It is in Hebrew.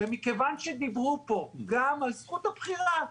מכיוון שדיברו פה גם על זכות הבחירה,